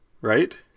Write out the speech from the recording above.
Right